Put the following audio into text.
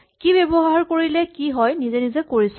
কি ব্যৱহাৰ কৰিলে কি হয় নিজে নিজে কৰি চোৱা